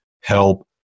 help